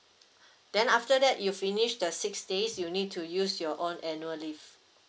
then after that you finish the six days you need to use your own annual leave